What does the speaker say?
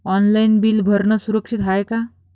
Online bill भरनं सुरक्षित हाय का?